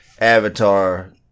Avatar